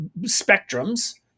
spectrums